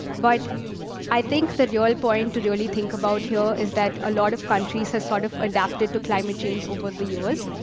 but i think that your point to really think about here is that a lot of countries have, sort of, adopted the climate change over the years.